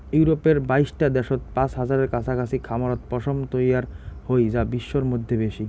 ইউরপের বাইশটা দ্যাশত পাঁচ হাজারের কাছাকাছি খামারত পশম তৈয়ার হই যা বিশ্বর মইধ্যে বেশি